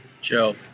Joe